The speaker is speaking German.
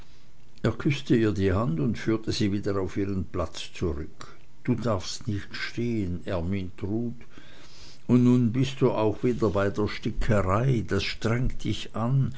er küßte ihr die hand und führte sie wieder auf ihren platz zurück du darfst nicht stehen ermyntrud und nun bist du auch wieder bei der stickerei das strengt dich an